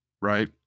right